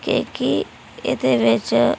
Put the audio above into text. क्योंके एह्दे बिच्च